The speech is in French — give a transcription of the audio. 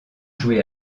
joué